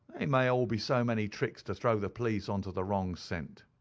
they may all be so many tricks to throw the police on to the wrong scent.